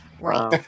Right